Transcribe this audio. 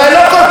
אבל הינה,